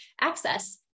access